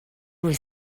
was